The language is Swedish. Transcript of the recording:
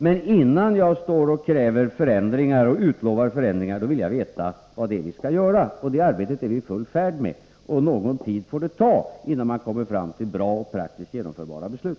Men innan jag står och utlovar förändringar vill jag veta vad det är vi skall göra. Detta arbete är vi i färd med, och någon tid får det ta innan man kommer fram till bra och praktiskt genomförbara beslut.